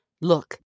Look